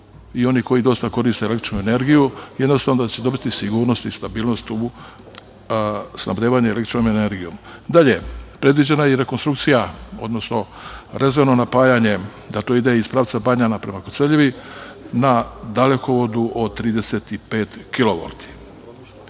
i oni koji dosta koriste električnu energiju jednostavno će dobiti sigurnost i stabilnost u snabdevanje električnom energijom. Dalje, predviđena je i rekonstrukcija, odnosno rezervno napajanje da to ide iz pravca Banjana prema Koceljevi na dalekovodu od 35